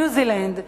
ניו-זילנד,